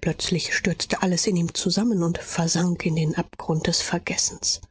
plötzlich stürzte alles in ihm zusammen und versank in den abgrund des vergessens